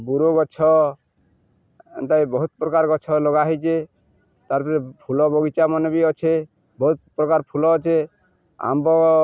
bureau ଗଛ ଏନ୍ତା କି ବହୁତ ପ୍ରକାର ଗଛ ଲଗା ହେଇଛେ ତା'ର ପରେ ଫୁଲ ବଗିଚା ମାନ ବି ଅଛେ ବହୁତ ପ୍ରକାର ଫୁଲ ଅଛେ ଆମ୍ବ